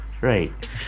Right